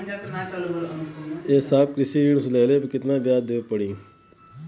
ए साहब कृषि ऋण लेहले पर कितना ब्याज देवे पणी?